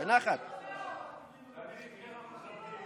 אנחנו מכבדים